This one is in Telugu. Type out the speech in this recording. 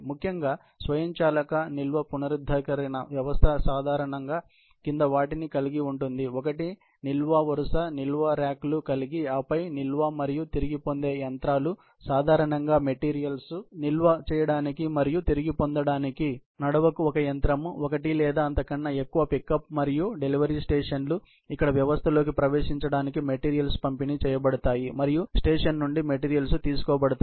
ముఖ్యంగా ఆటోమేటెడ్ స్టోరేజ్ పునరుద్ధరణ వ్యవస్థ సాధారణంగాకింది వాటిని కలిగి ఉంటుందిఒకటి నిల్వ వరుసనిల్వ రాక్లు కలిగి ఆపై నిల్వ మరియు తిరిగి పొందే యంత్రాలుసాధారణంగా మెటీరియల్స్ నిల్వ చేయడానికి మరియు తిరిగి పొందడానికి నడవకు ఒక యంత్రంఒకటి లేదా అంతకంటే ఎక్కువ పికప్ మరియు డెలివరీ స్టేషన్లు ఇక్కడ వ్యవస్థలోకి ప్రవేశించడానికి మెటీరియల్స్ పంపిణీ చేయబడతాయి మరియు స్టేషన్ నుండి మెటీరియల్స్ తీసుకోబడతాయి